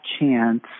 chance